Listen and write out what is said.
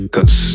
Cause